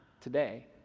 Today